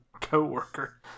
co-worker